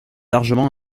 largement